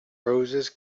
roses